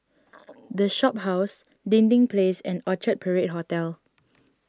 the Shophouse Dinding Place and Orchard Parade Hotel